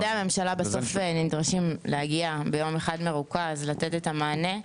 משרדי הממשלה בסוף נדרשים להגיע ביום אחד מרוכז לתת את המענה.